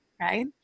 right